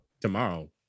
Tomorrow